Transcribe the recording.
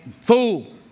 Fool